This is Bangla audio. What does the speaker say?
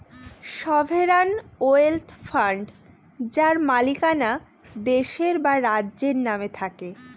সভেরান ওয়েলথ ফান্ড যার মালিকানা দেশের বা রাজ্যের নামে থাকে